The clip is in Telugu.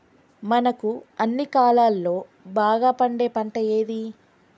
మనకు అన్ని కాలాల్లో బాగా పండే పంట ఏది?